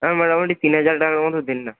হ্যাঁ মোটামোটি তিন হাজার টাকার মতো দিন না